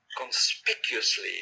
conspicuously